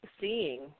seeing